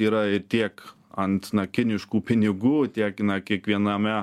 yra tiek ant na kiniškų pinigų tiek na kiekviename